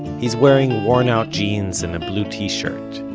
he's wearing worn-out jeans and a blue t-shirt.